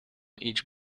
each